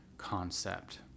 concept